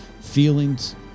feelings